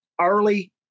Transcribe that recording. early